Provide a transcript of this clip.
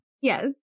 Yes